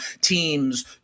teams